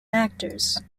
actors